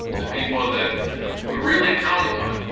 the people that we're really counting on,